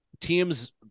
teams